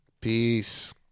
Peace